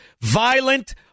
violent